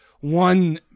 One